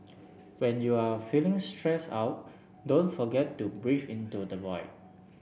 when you are feeling stressed out don't forget to breathe into the void